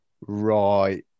Right